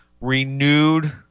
renewed